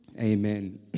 amen